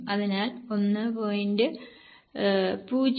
അതിനാൽ 1